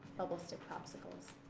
bubble stick popsicles,